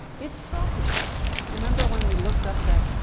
it's selfishness. remember when we looked up that,